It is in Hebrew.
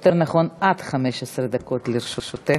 יותר נכון: עד 15 דקות לרשותך.